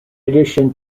addition